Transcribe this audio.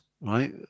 right